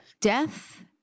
death